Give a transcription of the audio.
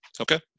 Okay